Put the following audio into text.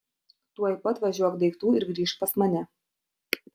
tuoj pat važiuok daiktų ir grįžk pas mane